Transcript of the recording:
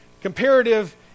comparative